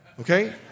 okay